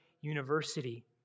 University